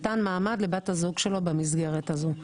מתן מעמד לבת הזוג שלו במסגרת הזו,